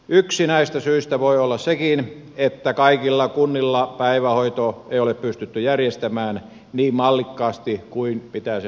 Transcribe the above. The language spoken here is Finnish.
yksi näistä syistä voi olla sekin että kaikilla kunnilla päivähoitoa ei ole pystytty järjestämään niin mallikkaasti kuin olisi pitänyt